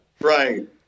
Right